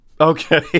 Okay